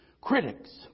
critics